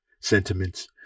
sentiments